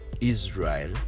Israel